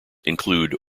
include